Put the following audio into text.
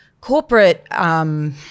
corporate